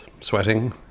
sweating